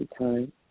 time